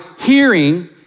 hearing